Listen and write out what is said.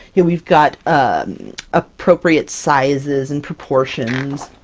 yeah we've got appropriate sizes and proportions.